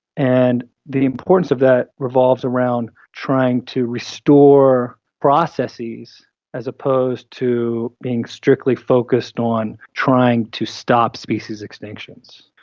and the importance of that revolves around trying to restore processes as opposed to being strictly focused on trying to stop species extinctions.